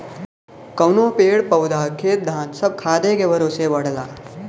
कउनो पेड़ पउधा खेत धान सब खादे के भरोसे बढ़ला